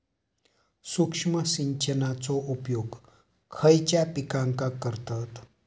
सूक्ष्म सिंचनाचो उपयोग खयच्या पिकांका करतत?